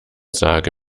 sage